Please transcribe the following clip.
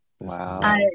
Wow